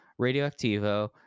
Radioactivo